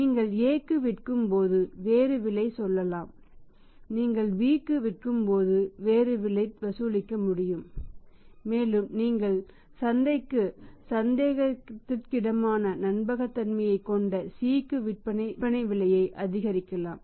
நீங்கள் A க்கு விற்கும்போது வேறு விலை சொல்லலாம் நீங்கள் B க்கு விற்கும்போது வெவ்வேறு விலையை வசூலிக்க முடியும் மேலும் நீங்கள் சந்தைக்கு சந்தேகத்திற்கிடமான நம்பகத்தன்மையைக் கொண்ட C க்கு விற்பனை விலையை அதிகரிக்கலாம்